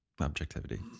objectivity